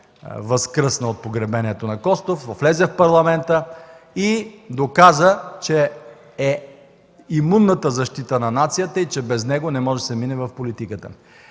възкръсна от погребението на Костов, но влезе в Парламента и доказа, че е имунната защита на нацията и без него не може да се мине в политиката.